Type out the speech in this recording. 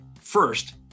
first